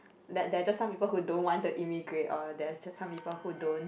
that there are just who don't want to emigrate or there's just some people who don't